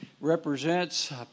represents